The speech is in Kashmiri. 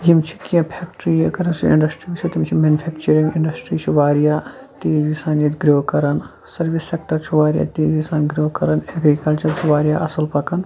یِم چھِ کیٚنٛہہ فیٚکٹرٛی اگر أسۍ اِنڈَسٹِرٛی وُچھو تِم چھِ مینِفیٚکچرِنٛگ اِنڈَسٹِرٛی چھِ واریاہ تیزی سان ییٚتہِ گرٛو کَران سٔروِس سیٚکٹَر چھُ واریاہ تیزی سان گرٛو کَران ایٚگرِکَلچَر چھُ واریاہ اصٕل پَکان